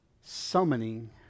summoning